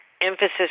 emphasis